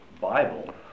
Bible